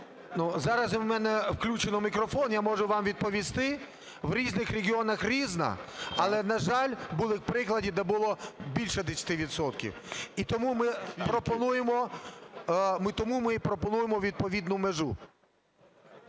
Зараз у мене включено мікрофон. Я можу вам відповісти. В різних регіонах різна, але, на жаль, були приклади, де було більше десяти відсотків. І тому ми й пропонуємо відповідну межу.